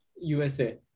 USA